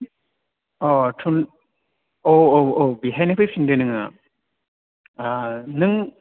अह थुन औ औ औ बेहायनो फैफिनदो आह नों